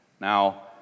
Now